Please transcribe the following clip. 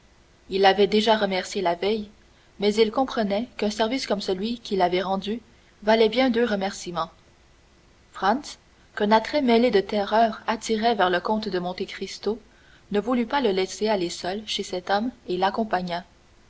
il l'avait déjà remercié la veille mais il comprenait qu'un service comme celui qu'il lui avait rendu valait bien deux remerciements franz qu'un attrait mêlé de terreur attirait vers le comte de monte cristo ne voulut pas le laisser aller seul chez cet homme et l'accompagna